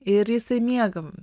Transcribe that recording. ir jisai miegam